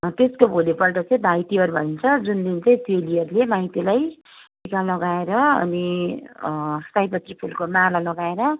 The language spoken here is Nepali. त्यसको भोलिपल्ट चाहिँ भाइ तिहार भन्छ जुन दिन चाहिँ चेलीहरूले माइतीलाई टिका लगाएर अनि सयपत्री फुलको माला लगाएर